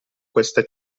questa